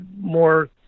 more